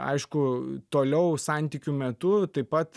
aišku toliau santykių metu taip pat